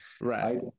Right